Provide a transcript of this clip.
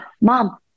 mom